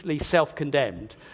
self-condemned